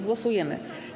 Głosujemy.